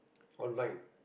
online